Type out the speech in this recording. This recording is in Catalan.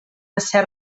ésser